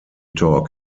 talk